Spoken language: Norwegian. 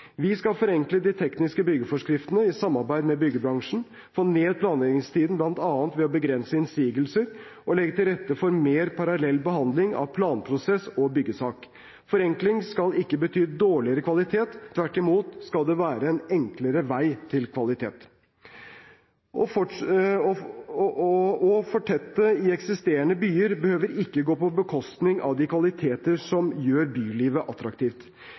med byggebransjen, få ned planleggingstiden bl.a. ved å begrense innsigelser og legge til rette for mer parallell behandling av planprosess og byggesak. Forenkling skal ikke bety dårligere kvalitet. Tvert imot skal det være en enklere vei til kvalitet. Å fortette i eksisterende byer behøver ikke gå på bekostning av de kvaliteter som gjør bylivet attraktivt.